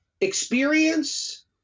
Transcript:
experience